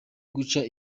guca